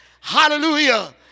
Hallelujah